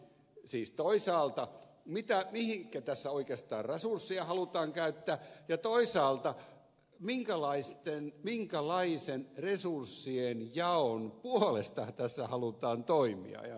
ai siis toisaalta mihinkä tässä oikeastaan resursseja halutaan käyttää ja toisaalta minkälaisen resurssienjaon puolesta tässä halutaan toimia